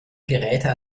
geräte